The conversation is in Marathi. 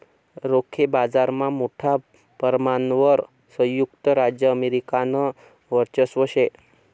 रोखे बाजारमा मोठा परमाणवर संयुक्त राज्य अमेरिकानं वर्चस्व शे